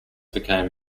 became